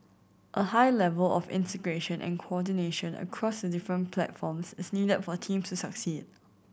a high level of integration and coordination across the different platforms is needed for teams to succeed